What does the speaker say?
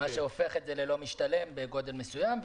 מה שהופך את זה ללא משתלם בגודל מסוים.